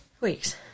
Weeks